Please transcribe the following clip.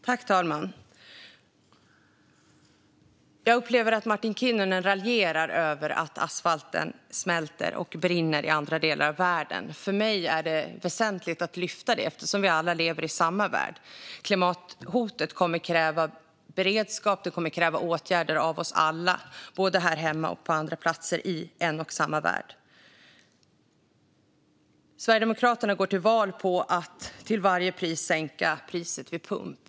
Herr talman! Jag upplever att Martin Kinnunen raljerar över att asfalten smälter och brinner i andra delar av världen. För mig är det väsentligt att lyfta fram det eftersom vi alla lever i samma värld. Klimathotet kommer att kräva beredskap och åtgärder av oss alla, här hemma och på andra platser i en och samma värld. Sverigedemokraterna går till val på att till varje pris sänka priset vid pump.